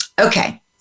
Okay